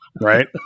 Right